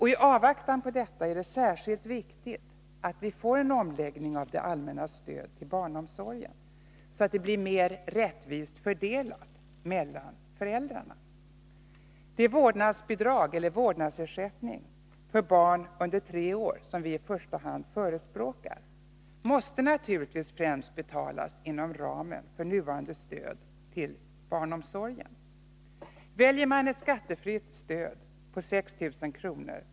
I avvaktan på detta är det särskilt viktigt att vi får en omläggning av det allmännas stöd till barnomsorgen, så att det blir mer rättvist fördelat mellan föräldrarna. Den vårdnadsersättning eller det vårdnadsbidrag för barn under tre år som vi i första hand förespråkar, måste naturligtvis främst betalas inom ramen för nuvarande stöd till barnomsorgen. Väljer man ett skattefritt stöd på 6 000 kr.